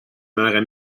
meilleure